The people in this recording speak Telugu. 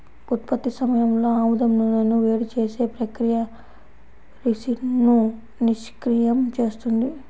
ఉత్పత్తి సమయంలో ఆముదం నూనెను వేడి చేసే ప్రక్రియ రిసిన్ను నిష్క్రియం చేస్తుంది